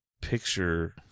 picture